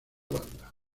banda